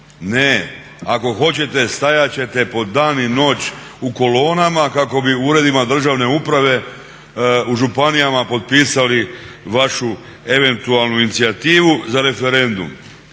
ne. Ako hoćete stajat ćete po dan i noć u kolonama kako bi u uredima državne uprave u županijama potpisali vašu eventualnu inicijativu za referendum.